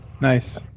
Nice